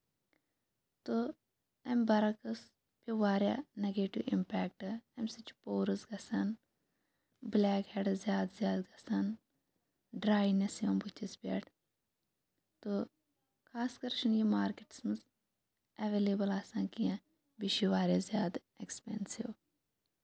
تہٕ اَمہِ برعَکٕس پیوٚو واریاہ نَگیٹِو اِمپٮ۪کٹ اَمہِ سۭتۍ چھِ پورٕز گژھان بٕلیک ہٮ۪ڈٕز زیادٕ زیادٕ گژھان ڈرٛاینٮ۪س یِوان بٕتھِس پٮ۪ٹھ تہٕ خاص کَر چھُنہٕ یہِ مارکٮ۪ٹَس منٛز اٮ۪وٮ۪لیبٕل آسان کیٚنٛہہ بیٚیہِ چھِ یہِ واریاہ زیادٕ اٮ۪کٕسپٮ۪نسِو